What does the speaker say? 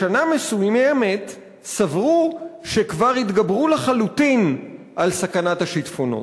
בשנה מסוימת / סברו שכבר התגברו לחלוטין על סכנת השיטפונות.